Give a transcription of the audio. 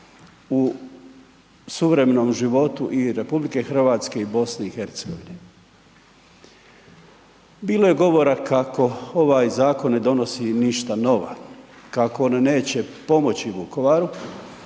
u suvremenom životu i RH i BiH. Bilo je govora kako ovaj zakon ne donosi ništa nova. Kako on neće pomoći Vukovaru,